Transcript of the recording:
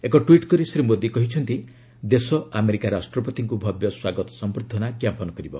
ଏକ ଟ୍ୱିଟ୍ କରି ଶ୍ରୀ ମୋଦୀ କହିଛନ୍ତି ଦେଶ ଆମେରିକା ରାଷ୍ଟ୍ରପତିଙ୍କ ଭବ୍ୟ ସ୍ୱାଗତ ସମ୍ଭର୍ଦ୍ଧନା ଜ୍ଞାପନ କରିବ